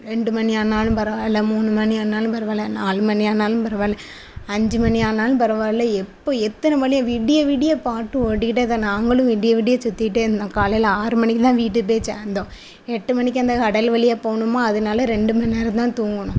ரெண்டு மணி ஆனாலும் பரவாயில்லை மூணு மணி ஆனாலும் பரவாயில்லை நாலு மணி ஆனாலும் பரவாயில்லை அஞ்சு மணி ஆனாலும் பரவாயில்லை எப்போ எத்தனை மணி விடிய விடிய பாட்டு ஓடிகிட்டே தான் நாங்களும் விடிய விடிய சுற்றிக்கிட்டே இருந்தோம் காலையில் ஆறு மணிக்கு தான் வீட்டுக்கு போய் சேர்ந்தோம் எட்டு மணிக்கு அந்த கடல் வெளியே போகணுமா அதனால ரெண்டு மணிநேரம் தான் தூங்கினோம்